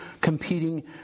competing